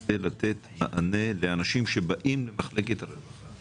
כדי לתת מענה לאנשים שבאים למחלקת הרווחה.